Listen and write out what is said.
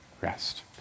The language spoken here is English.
rest